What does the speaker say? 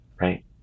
Right